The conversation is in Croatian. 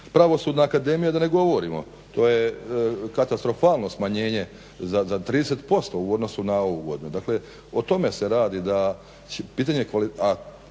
Pravosudna akademija da ne govorimo to je katastrofalno smanjenje za 30% u odnosu na ovu godinu. Dakle, o tome se radi a